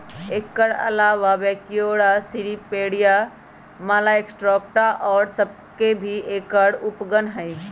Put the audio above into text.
एकर अलावा Brachyura, Cirripedia, Malacostraca और सब भी एकर उपगण हई